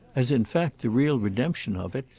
as in fact the real redemption of it,